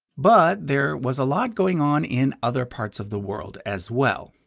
but there was a lot going on in other parts of the world as well.